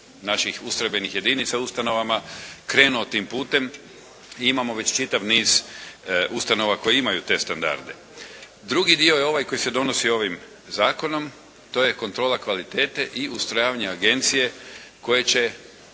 naših ustrojbenih jedinica ustanova krenuo tim putem, imamo čitav niz ustanova koji imaju te standarde. Drugi dio je ovaj koji se donosi ovim Zakonom to je kontrola kvalitete i ustrojavanja agencije koje će